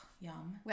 yum